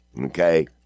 Okay